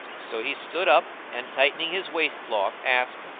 so he stood up and, tightening his waist cloth, asked,